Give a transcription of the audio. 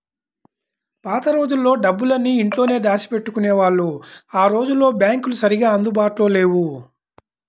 పాత రోజుల్లో డబ్బులన్నీ ఇంట్లోనే దాచిపెట్టుకునేవాళ్ళు ఆ రోజుల్లో బ్యాంకులు సరిగ్గా అందుబాటులో లేవు